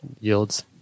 Yields